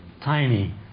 tiny